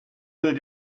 will